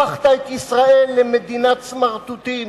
הפכת את ישראל למדינת סמרטוטים.